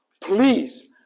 Please